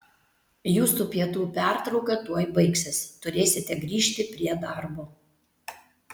jūsų pietų pertrauka tuoj baigsis turėsite grįžti prie darbo